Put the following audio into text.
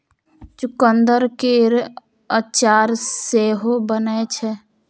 चुकंदर केर अचार सेहो बनै छै